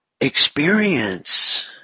experience